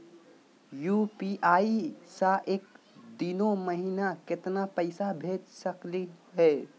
UPI स एक दिनो महिना केतना पैसा भेज सकली हे?